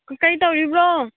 ꯀꯩꯇꯧꯔꯤꯕꯣ